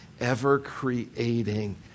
ever-creating